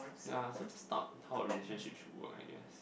ya so it's not how a relationship should work I guess